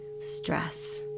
stress